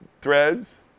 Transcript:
threads